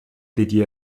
dédiée